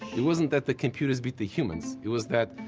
it wasn't that the computers beat the humans, it was that,